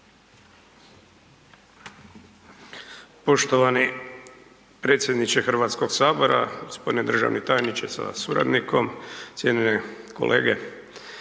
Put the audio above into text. Poštovani predsjedniče Hrvatskog sabora, gospodine državni tajniče sa suradnikom, cijenjene kolege,